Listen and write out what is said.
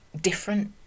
different